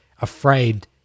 afraid